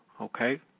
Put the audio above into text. Okay